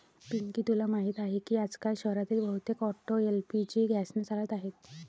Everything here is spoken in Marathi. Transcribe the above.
पिंकी तुला माहीत आहे की आजकाल शहरातील बहुतेक ऑटो एल.पी.जी गॅसने चालत आहेत